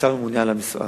כשר הממונה על המשרד,